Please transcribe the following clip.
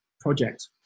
project